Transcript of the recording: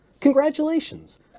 Congratulations